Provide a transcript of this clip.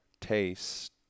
taste